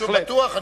חשוב ביותר.